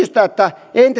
eikö